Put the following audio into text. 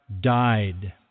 died